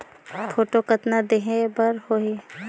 Photo कतना देहें बर होहि?